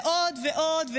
ועוד ועוד.